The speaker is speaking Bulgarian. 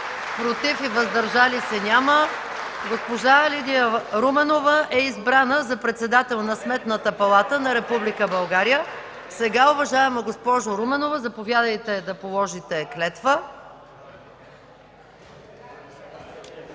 против и въздържали се няма. Госпожа Лидия Руменова е избрана за председател на Сметната палата на Република България. (Ръкопляскания от ДПС и КБ.) Уважаема госпожо Руменова, заповядайте да положите клетва